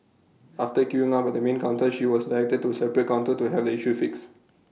after queuing up at the main counter she was directed to A separate counter to have the issue fixed